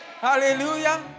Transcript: Hallelujah